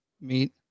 meet